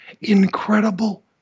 incredible